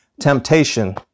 temptation